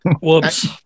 Whoops